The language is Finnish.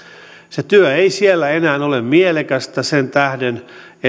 se työ ei siellä enää ole mielekästä sen tähden että